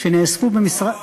שנאספו במשרד,